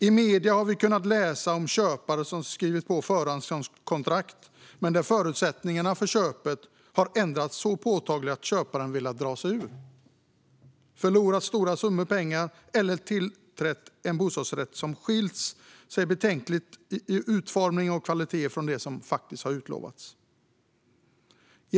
I medierna har vi kunnat läsa om köpare som skrivit på förhandskontrakt där förutsättningarna för köpet har ändrats så påtagligt att köparen har velat dra sig ur, förlorat stora summor pengar eller tillträtt en bostadsrätt som skilt sig betänkligt i utformning och kvalitet från det som har utlovats.